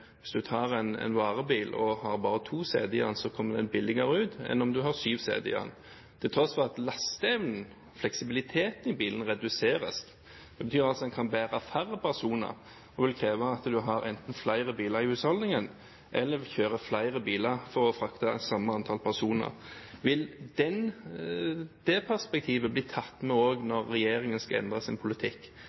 hvis du har en varebil og har bare to seter, kommer den billigere ut enn hvis du har syv seter i den, til tross for at lasteevnen – fleksibiliteten i bilen – reduseres. Det betyr at den kan bære færre personer, og det vil kreve at man enten har flere biler i husholdningen eller kjører flere biler for å frakte samme antall personer. Vil det perspektivet også bli tatt med når regjeringen skal endre sin politikk,